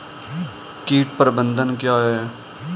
कीट प्रबंधन क्या है?